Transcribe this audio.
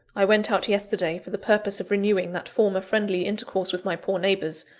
i went out yesterday for the purpose of renewing that former friendly intercourse with my poor neighbours,